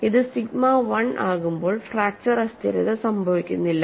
ഇത് സിഗ്മ 1 ആകുമ്പോൾ ഫ്രാക്ച്ചർ അസ്ഥിരത സംഭവിക്കുന്നില്ല